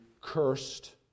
cursed